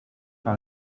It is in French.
par